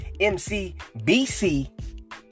MCBC